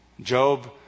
Job